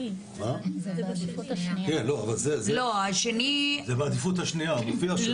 זה בעדיפות השנייה, זה מופיע שם.